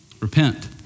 repent